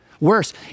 Worse